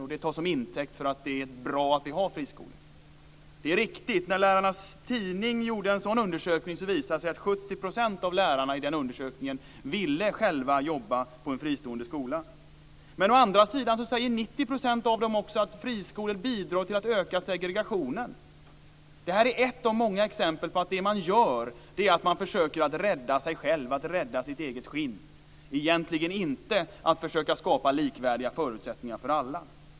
Detta tas till intäkt för att det är bra att vi har friskolor. Det är riktigt: I en undersökning i Lärarnas Tidning visade det sig att 70 % av de tillfrågade lärarna själva ville jobba på en fristående skola. Men å andra sidan sade 90 % av dem också att friskolor bidrar till att öka segregationen. Detta är ett av många exempel på att det man gör är att försöka rädda sig själv, att rädda sitt eget skinn, och egentligen inte att försöka skapa likvärdiga förutsättningar för alla.